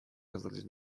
оказались